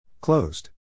Closed